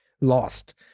Lost